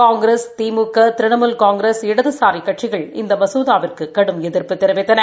காங்கிரஸ் திமுக திரிணமூல் காங்கிரஸ் இடதுசாரி கட்சிகள் இந்த மசோதாவிற்கு கடும் எதிர்ப்பு தெரிவித்தன